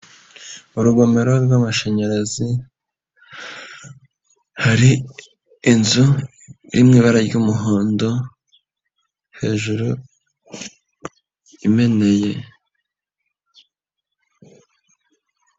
Urugomero rw'amashanyarazi, hari inzu iri mu ibara ry'umuhondo hejuru imeneye.